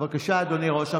בבקשה, אדוני ראש הממשלה.